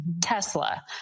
Tesla